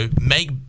make